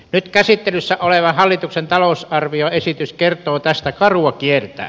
nyt käsittelyssä oleva hallituksen talousarvioesitys kertoo tästä karua kieltään